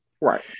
Right